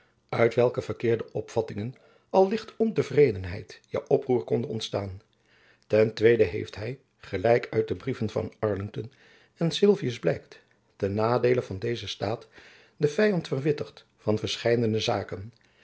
uit welke verkeerde opvattingen al licht ontevredenheid ja oproer konde ontstaan ten tweede heeft hy gelijk uit de brieven van arlington en sylvius blijkt ten nadeele van dezen staat den vyand verwittigd van verscheiden zaken